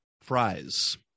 fries